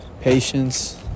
patience